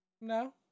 No